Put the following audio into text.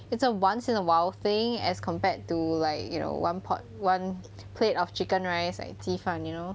it's a once in a while thing as compared to like you know one part one plate of chicken rice like 鸡饭 you know